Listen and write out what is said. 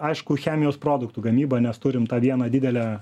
aišku chemijos produktų gamyba nes turim tą vieną didelę